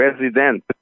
resident